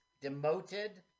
demoted